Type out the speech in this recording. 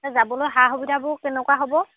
সেই যাবলৈ সা সুবিধাবোৰ কেনেকুৱা হ'ব